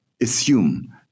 assume